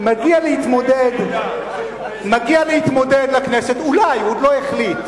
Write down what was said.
שמגיע להתמודד לכנסת, אולי, הוא עוד לא החליט,